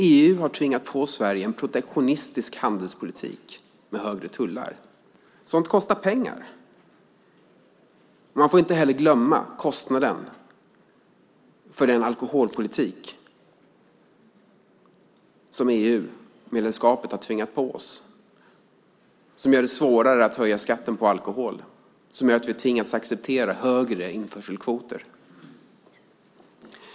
EU har tvingat på Sverige en protektionistisk handelspolitik med högre tullar. Sådant kostar pengar. Man får inte heller glömma kostnaden för den alkoholpolitik som EU-medlemskapet har tvingat på oss som gör det svårare att höja skatten på alkohol och som gör att vi har tvingats acceptera högre införselkvoter.